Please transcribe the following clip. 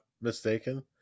mistaken